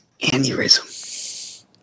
aneurysm